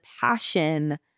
passion